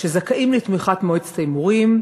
שזכאים לתמיכת מועצת ההימורים,